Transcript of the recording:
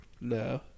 No